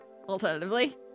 Alternatively